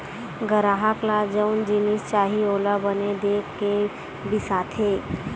गराहक ल जउन जिनिस चाही ओला बने देख के बिसाथे